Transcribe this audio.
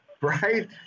right